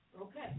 Okay